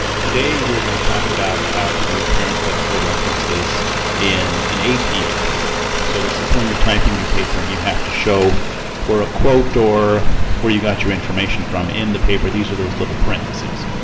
today we're going to talk about how to do parenthetical references in an apa paper. so this is when you're typing your paper and you have to show where a quote or where you got your information from in the paper. these are those little parentheses.